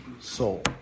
soul